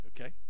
Okay